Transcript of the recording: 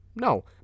No